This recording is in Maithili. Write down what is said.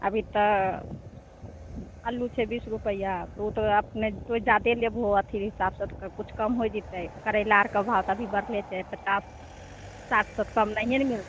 अभी तऽ आलू छै बीस रुपैया ओ तऽ अपने तोए जादे लेबहो अथी हिसाब सँ किछु कम हो जैतै करैला आरके भाव तऽ अभी बढ़ले छै पचास साठि सत्तरि तऽ नहिए ने मिलतै